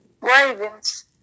Ravens